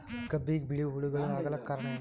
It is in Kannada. ಕಬ್ಬಿಗ ಬಿಳಿವು ಹುಳಾಗಳು ಆಗಲಕ್ಕ ಕಾರಣ?